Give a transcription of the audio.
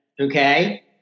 okay